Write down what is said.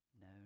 No